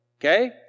okay